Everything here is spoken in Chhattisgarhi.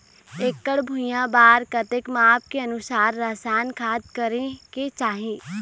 एकड़ भुइयां बार कतेक माप के अनुसार रसायन खाद करें के चाही?